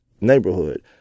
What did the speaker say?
neighborhood